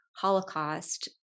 Holocaust